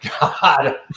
God